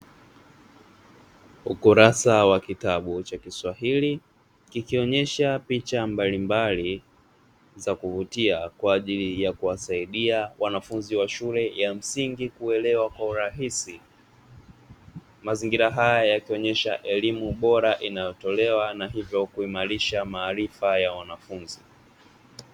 Ukurasa wa kitabu cha kiswahili kikionesha picha mbalimbali za kuvutia, kwa ajili ya kuwasaidia wanafunzi wa shule ya msingi kuelewa kwa urahisi, mazingira haya yakionyesha elimu bora inayotolewa na hivyo kuimarisha maarifa ya wanafunzi.